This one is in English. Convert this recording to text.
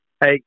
Hey